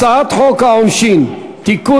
הצעת חוק העונשין (תיקון,